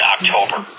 October